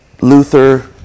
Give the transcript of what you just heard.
Luther